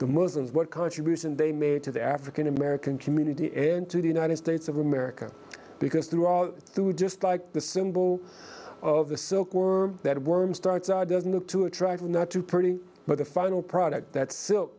the muslims what contribution they made to the african american community and to the united states of america because through all through just like the symbol of the socor that worm starts doesn't look too attractive not too pretty but the final product that